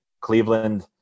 Cleveland